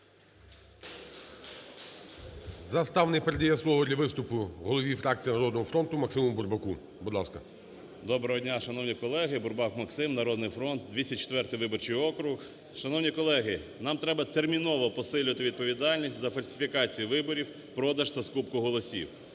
Заставний передає слово для виступу голові фракції "Народного фронту" Максиму Бурбаку. Будь ласка. 10:32:09 БУРБАК М.Ю. Доброго дня, шановні колеги. Бурбак Максим, "Народний фронт", 204 виборчий округ. Шановні колеги! Нам треба терміново посилювати відповідальність за фальсифікацію виборів, продаж та скупку голосів.